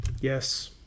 yes